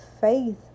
faith